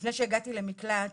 לפני שהגעתי למקלט